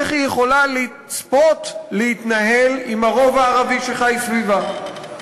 איך היא יכולה לצפות להתנהל עם הרוב הערבי שחי סביבה?